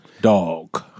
Dog